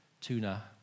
tuna